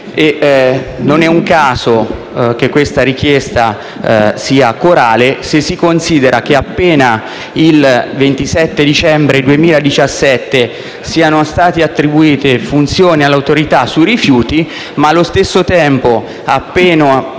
Non è un caso che questa richiesta sia corale, se si considera che appena il 27 dicembre 2017 sono state attribuite tali funzioni all'Autorità e che, allo stesso tempo, appena